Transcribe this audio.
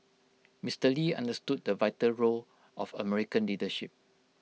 Mister lee understood the vital role of American leadership